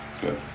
Good